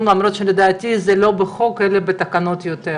למרות שלדעתי זה לא בחוק אלא בתקנות יותר,